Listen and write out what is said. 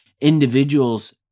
individuals